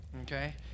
Okay